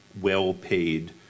well-paid